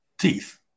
teeth